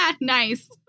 Nice